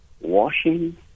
washing